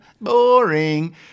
boring